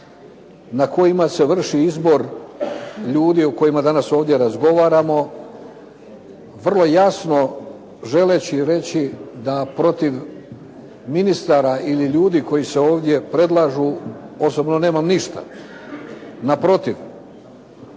na kojima se vrši izbor ljudi o kojima danas ovdje razgovaramo vrlo jasno želeći reći da protiv ministara ili ljudi koji se ovdje predlažu osobno nemam ništa, naprotiv.